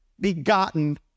begotten